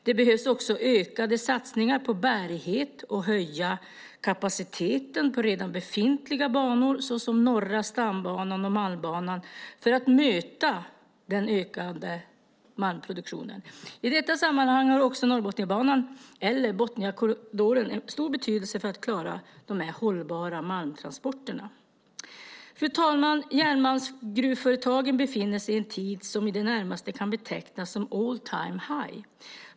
Det behövs också ökade satsningar på bärighet och på att öka kapaciteten på redan befintliga banor, såsom Norra stambanan och Malmbanan, för att kunna möta den ökande malmproduktionen. I detta sammanhang har Norrbotniabanan, Botniakorridoren, stor betydelse för att klara de hållbara malmtransporterna. Fru talman! Järnmalmsgruvföretagen befinner sig i en tid som närmast kan betecknas som all-time-high.